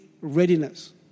readiness